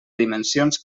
dimensions